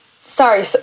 sorry